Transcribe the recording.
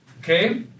Okay